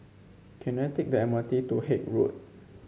can I take the M R T to Haig Road